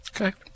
Okay